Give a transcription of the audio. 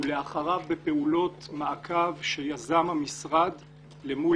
ואחריו בפעולות מעקב שיזם המשרד אל מול